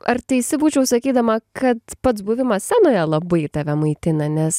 ar teisi būčiau sakydama kad pats buvimas scenoje labai tave maitina nes